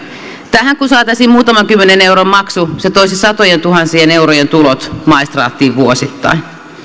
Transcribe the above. tähän kun saataisiin muutaman kymmenen euron maksu se toisi satojentuhansien eurojen tulot maistraattiin vuosittain